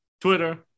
Twitter